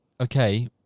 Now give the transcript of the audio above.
okay